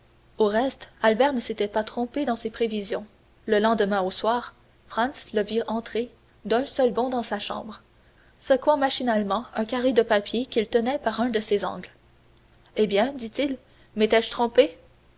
au reste albert ne s'était pas trompé dans ses prévisions le lendemain au soir franz le vit entrer d'un seul bond dans sa chambre secouant machinalement un carré de papier qu'il tenait par un de ses angles eh bien dit-il m'étais-je trompé